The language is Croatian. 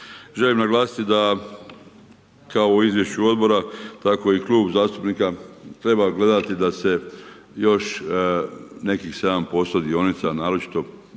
Želim naglasiti da kao u izvješću odbora tako i klub zastupnika treba gledati da se još nekih 7% dionica naročito